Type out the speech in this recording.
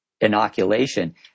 inoculation